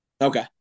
Okay